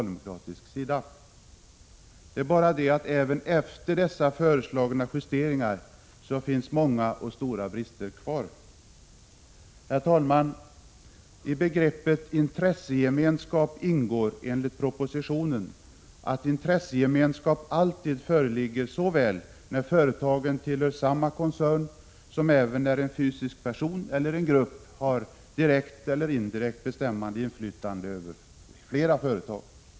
Det är bara det att det även efter de föreslagna justeringarna finns många och stora brister kvar. Herr talman! I begreppet intressegemenskap ingår enligt propositionen att intressegemenskap alltid föreligger såväl när företagen tillhör samma koncern som när en fysisk person eller en grupp har direkt eller indirekt bestämmande inflytande över flera företag.